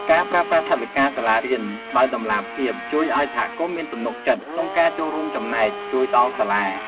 ការប្រើប្រាស់ថវិកាសាលារៀនដោយតម្លាភាពជួយឱ្យសហគមន៍មានទំនុកចិត្តក្នុងការចូលរួមចំណែកជួយដល់សាលា។